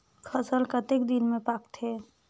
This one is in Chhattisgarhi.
फसल कतेक दिन मे पाकथे?